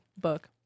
book